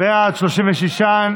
מי בעד הצעת החוק?